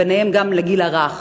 ביניהם גם לגיל הרך.